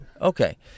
okay